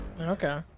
Okay